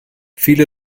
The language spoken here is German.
viele